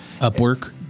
Upwork